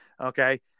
Okay